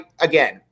again